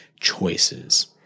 choices